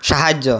ସାହାଯ୍ୟ